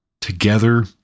together